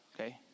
okay